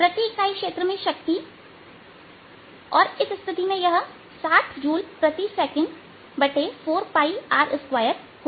प्रति इकाई क्षेत्र में शक्ति और इस स्थिति में यह 60 जूल प्रति सेकंड 4 𝝅R2 होगी